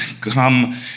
come